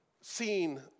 seen